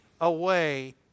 away